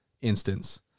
instance